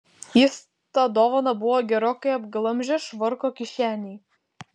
jis tą dovaną buvo gerokai apglamžęs švarko kišenėj